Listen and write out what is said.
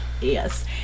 Yes